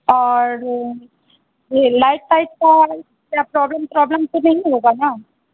और light white का क्या प्रोबलम सोबलम तो नहीं होगा ना